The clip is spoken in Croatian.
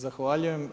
Zahvaljujem.